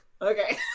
Okay